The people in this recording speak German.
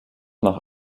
nach